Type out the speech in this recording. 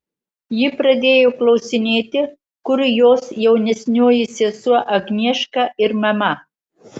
ji pradėjo klausinėti kur jos jaunesnioji sesuo agnieška ir mama